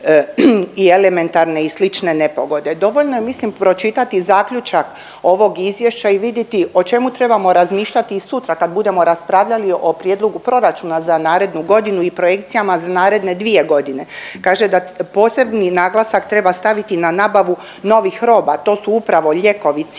i elementarne i slične nepogode. Dovoljno je mislim pročitati zaključak ovog izvješća i vidjeti o čemu trebamo razmišljati i sutra kad budemo raspravljali o prijedlogu proračuna za narednu godinu i projekcijama za naredne dvije godine. Kaže da posebni naglasak treba staviti na nabavu novih roba. To su upravo lijekovi,